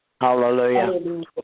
Hallelujah